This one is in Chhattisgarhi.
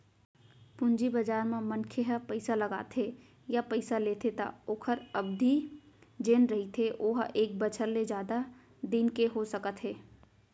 पूंजी बजार म मनखे ह पइसा लगाथे या पइसा लेथे त ओखर अबधि जेन रहिथे ओहा एक बछर ले जादा दिन के हो सकत हे